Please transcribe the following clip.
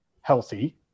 healthy